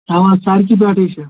اَوہ سڑکہِ پٮ۪ٹھٕے چھُ